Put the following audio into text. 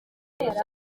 yagize